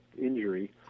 injury